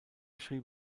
schrieb